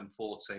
2014